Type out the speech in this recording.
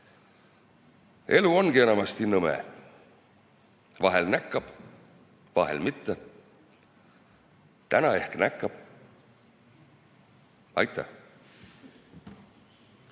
elu ongi enamasti nõme, vahel näkkab, vahel mitte. Täna ehk näkkab. Aitäh!